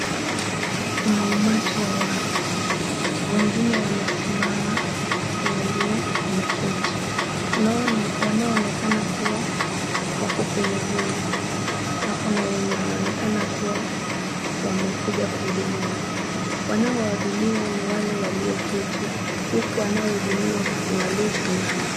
Kuna umati wa watu, wengine wamesimama huku wengine wameketi wanao onekana kuwa wako kwenye gumzo. Na kuna wenye wanaonekana kuwa wamekuja kuhudumiwa. Wanaowahudumia ni wale wanaoketi huku wanaohudumiwa ni waliosimama.